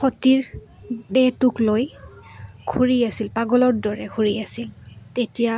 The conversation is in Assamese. সতীৰ দেহটোক লৈ ঘূৰি আছিল পাগলৰ দৰে ঘূৰি আছিল তেতিয়া